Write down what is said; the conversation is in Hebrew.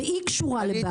והיא קשורה לבאקה.